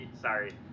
sorry